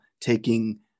taking